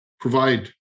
provide